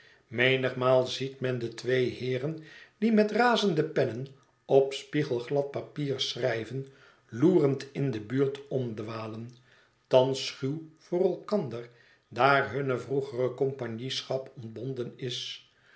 menigmaal ziet men de twee heeren die met razende pennen op spiegelglad papier schrijven loerend in de buurt omdwalen thans schuw voor elkander daar hunne vroegere compagnieschap ontbonden is